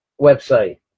website